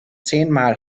zehnmal